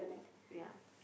ya